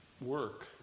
work